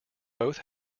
both